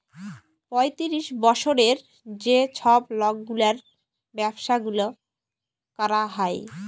পঁয়তিরিশ বসরের যে ছব লকগুলার ব্যাবসা গুলা ক্যরা হ্যয়